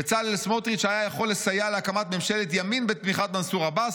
בצלאל סמוטריץ' היה יכול לסייע להקמת ממשלת ימין בתמיכת מנסור עבאס,